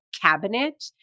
cabinet